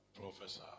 Professor